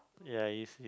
ya if if